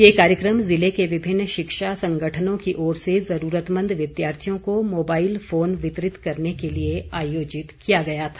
ये कार्यक्रम ज़िले के विभिन्न शिक्षा संगठनों की ओर से जरूरतमंद विद्यार्थियों को मोबाईल फोन वितरित करने के लिए आयोजित किया गया था